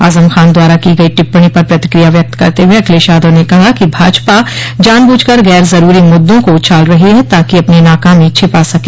आजम खान द्वारा की गयी टिप्पणी पर प्रतिक्रिया व्यक्त करते हुए अखिलेश यादव ने कहा कि भाजपा जानब्झकर गैर ज़रूरी मुद्दों को उछाल रही है ताकि अपनी नाकामी छिपा सके